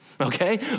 okay